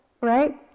right